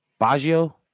Baggio